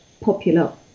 popular